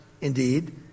Indeed